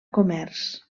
comerç